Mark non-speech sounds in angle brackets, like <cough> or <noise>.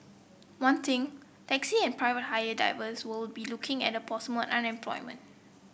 one thing taxi and private hire drivers will be looking at the <unintelligible> unemployment